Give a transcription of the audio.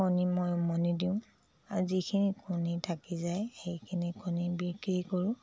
কণী মই উমনি দিওঁ আৰু যিখিনি কণী থাকি যায় সেইখিনি কণী বিক্ৰী কৰোঁ